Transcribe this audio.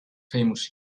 famous